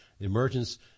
Emergence